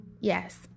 Yes